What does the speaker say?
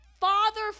father